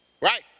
Right